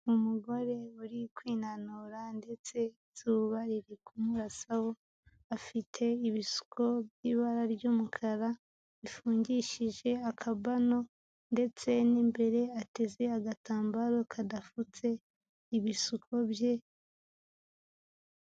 Umugore uri kwinanura ndetse izuba riri kurasaho afite ibisuko by'ibara ry'umukara bifungishije akambano ndetse n'imbere ateze agatambaro kadafutse ibisuko bye.